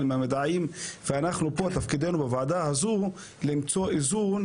מהמדעים ותפקידנו בוועדה הזו למצוא איזון,